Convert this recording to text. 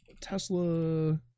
Tesla